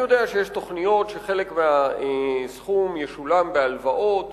אני יודע שיש תוכניות שחלק מהסכום ישולם בהלוואות,